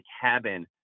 cabin